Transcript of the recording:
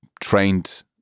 trained